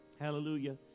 Hallelujah